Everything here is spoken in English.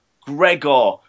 Gregor